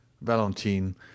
valentine